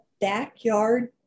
backyard